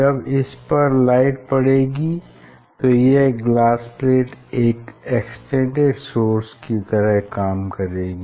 जब इसपर लाइट पड़ेगी तो यह ग्लास प्लेट एक एक्सटेंडेड सोर्स की तरह काम करेगी